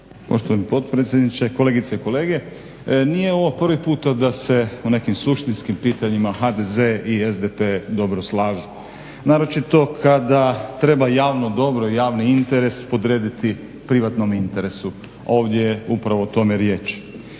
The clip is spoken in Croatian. Poštovani potpredsjedniče, kolegice i kolege nije ovo prvi puta da se u nekim suštinskim pitanjima HDZ i SDP dobro slažu. Naročito kada treba javno dobro i javni interes podrediti privatnom interesu. Ovdje je upravo o tome riječ.